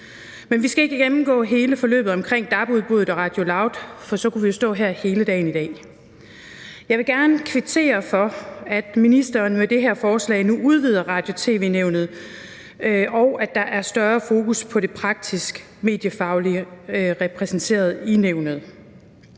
Men vi skal ikke gennemgå hele forløbet omkring dab-udbuddet og Radio LOUD, for så kunne vi stå her hele dagen i dag. Jeg vil gerne kvittere for, at ministeren med det her forslag nu udvider Radio- og tv-nævnet, og at der er større fokus på, at det praktisk mediefaglige bliver repræsenteret i nævnet.